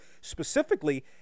specifically